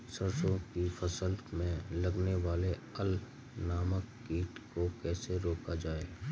सरसों की फसल में लगने वाले अल नामक कीट को कैसे रोका जाए?